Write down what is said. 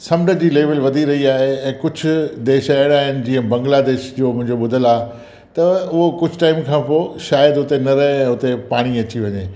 समुंड जी लेवल वधी रही आहे ऐं कुझु देश अहिड़ा आहिनि जीअं बंगला देश जो मुंहिंजो ॿुधल आहे त उहो कुझु टाइम खां पोइ शायदि उते न रहे ऐं उते पाणी अची वञे